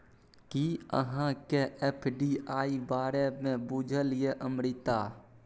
कि अहाँकेँ एफ.डी.आई बारे मे बुझल यै अमृता?